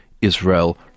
Israel